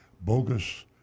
bogus